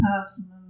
person